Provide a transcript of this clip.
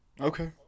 Okay